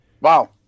Wow